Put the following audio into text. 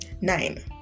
Nine